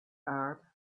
arab